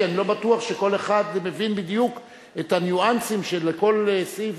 כי אני לא בטוח שכל אחד מבין בדיוק את הניואנסים של כל סעיף